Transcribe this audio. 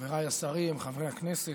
חבריי השרים, חברי הכנסת, השר,